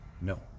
No